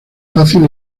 fácil